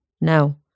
No